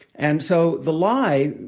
and so the lie,